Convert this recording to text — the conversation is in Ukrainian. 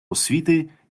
освіти